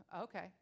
okay